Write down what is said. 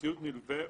ציוד נלווה,